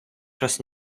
час